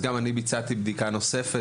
גם אני ביצעתי בדיקה נוספת,